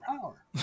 power